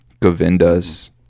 Govindas